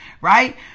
right